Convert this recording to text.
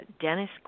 Dennis